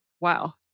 Wow